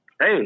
Hey